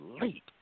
late